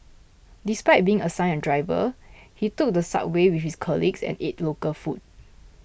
despite being assigned a driver he took the subway with his colleagues and ate local food